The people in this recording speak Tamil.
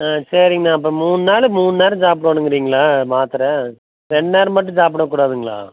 ஆ சரிங்க அப்போ மூணு நாள் மூணு நேரம் சாப்புடணுங்கிறீங்களா மாத்தரை ரெண்டு நேரம் மட்டும் சாப்பிடக்கூடாதுங்களா